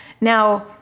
Now